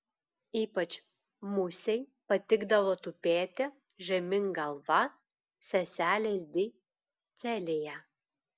ypač musei patikdavo tupėti žemyn galva seselės di celėje